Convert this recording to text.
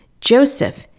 Joseph